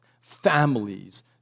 families